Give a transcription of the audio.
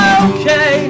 okay